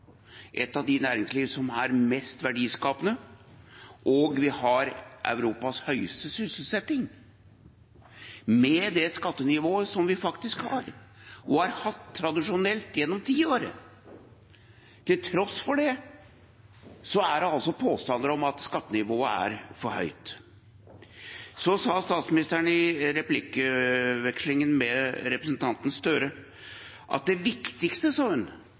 et av de næringslivene som er mest verdiskapende. Vi har også Europas høyeste sysselsetting – med det skattenivået vi har og tradisjonelt har hatt gjennom tiår. Til tross for det er det påstander om at skattenivået er for høyt. Statsministeren sa i replikkordskiftet med representanten Gahr Støre at det viktigste